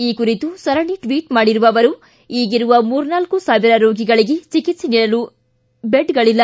ಈ ಕುರಿತು ಸರಣಿ ಟ್ವಿಟ್ ಮಾಡಿರುವ ಅವರು ಈಗಿರುವ ಮೂರ್ನಾಲ್ಲು ಸಾವಿರ ರೋಗಿಗಳಿಗೆ ಚಿಕಿತ್ಸೆ ನೀಡಲು ಬೆಡ್ಗಳಿಲ್ಲ